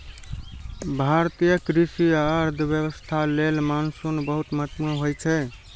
भारतीय कृषि आ अर्थव्यवस्था लेल मानसून बहुत महत्वपूर्ण होइ छै